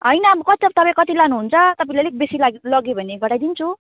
होइन अब कति तपाईँ कति लानुहुन्छ तपाईँले अलिक बेसी लाग लग्यो भने घटाइदिन्छु